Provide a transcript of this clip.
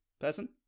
person